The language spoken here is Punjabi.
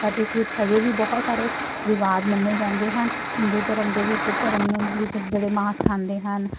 ਪਰ ਇਸ ਵਿੱਚ ਹਜੇ ਵੀ ਬਹੁਤ ਸਾਰੇ ਵਿਵਾਦ ਮੰਨੇ ਜਾਂਦੇ ਹਨ ਹਿੰਦੂ ਧਰਮ ਦੇ ਵਿੱਚ ਧਰਮ ਨੂੰ ਵਿੱਚ ਜਿਹੜੇ ਮਾਸ ਖਾਂਦੇ ਹਨ